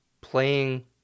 playing